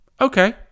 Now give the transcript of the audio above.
okay